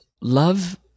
love